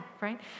right